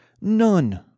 none